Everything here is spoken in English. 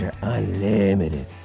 Unlimited